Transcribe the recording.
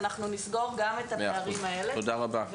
אנחנו נסגור גם את הפערים האלה,